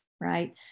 right